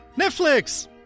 Netflix